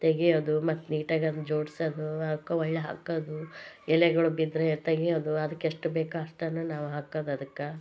ತೆಗಿಯೋದು ಮತ್ತು ನೀಟಾಗಿ ಅದನ್ನು ಜೋಡಿಸೋದು ಅವಕ್ಕೆ ಒಳ್ಳ ಹಾಕೋದು ಎಲೆಗಳು ಬಿದ್ದರೆ ತೆಗಿಯೋದು ಅದಕ್ಕೆಷ್ಟು ಬೇಕೋ ಅಷ್ಟನ್ನು ನಾವು ಹಾಕೋದು ಅದಕ್ಕೆ